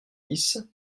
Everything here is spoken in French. dix